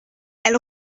elle